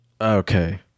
okay